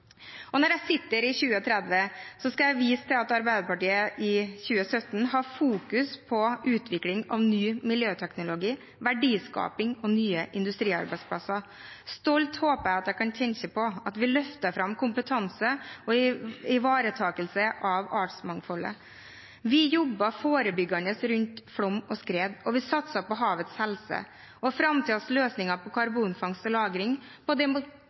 Når jeg sitter der i 2030, skal jeg vise til at Arbeiderpartiet i 2017 fokuserte på utvikling av ny miljøteknologi, verdiskaping og nye industriarbeidsplasser. Stolt håper jeg at jeg kan tenke på at vi løftet fram kompetanse og ivaretagelse av artsmangfoldet. Vi jobbet forebyggende rundt flom og skred, vi satset på havets helse og framtidens løsninger med karbonfangst og -lagring, på